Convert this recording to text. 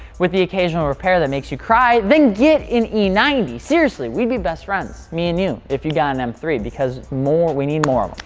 with the occasional repair that makes you cry, then get an e nine zero. seriously, we'd be best friends. me and you, if you got an m three because more, we need more